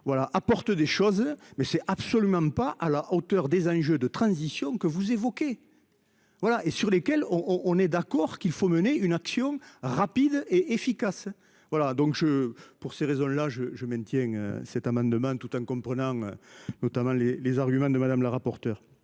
apporte des choses mais c'est absolument pas à la hauteur des enjeux de transition que vous évoquez. Voilà et sur lesquels on on est d'accord qu'il faut mener une action rapide et efficace. Voilà donc je. Pour ces raisons là je je maintiens cet amendement tout en comprenant. Notamment les les arguments de Madame la rapporteure.